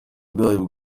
bwayo